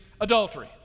adultery